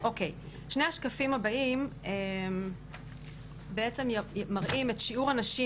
שני השקפים הבאים בעצם מראים את שיעור הנשים